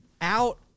out